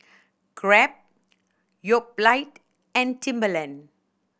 Grab Yoplait and Timberland